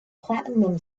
platinum